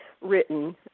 written